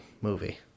movie